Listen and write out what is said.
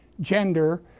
gender